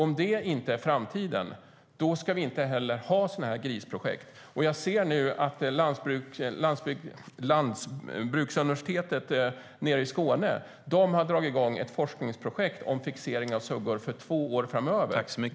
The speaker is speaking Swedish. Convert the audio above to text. Om det inte är framtiden ska vi inte heller ha sådana här grisprojekt. Jag har sett att Lantbruksuniversitetet i Skåne har dragit igång ett forskningsprojekt om fixering av suggor för två år framöver.